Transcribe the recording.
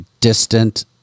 distant